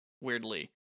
weirdly